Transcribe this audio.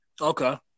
Okay